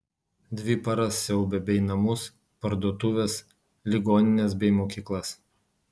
dvi paras siaubė bei namus parduotuves ligonines bei mokyklas